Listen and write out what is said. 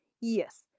yes